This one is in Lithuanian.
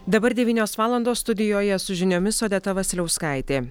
dabar devynios valandos studijoje su žiniomis odeta vasiliauskaitė